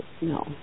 No